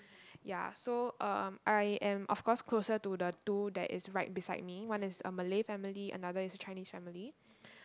ya so um I am of course closer to the two that is right beside me one is a Malay family another is a Chinese family